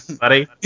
buddy